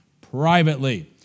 privately